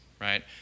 right